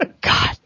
God